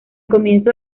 comienzo